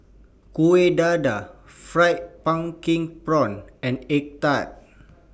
Kueh Dadar Fried Pumpkin Prawns and Egg Tart